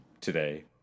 today